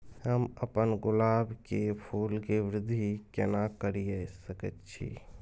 हम अपन गुलाब के फूल के वृद्धि केना करिये सकेत छी?